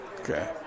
Okay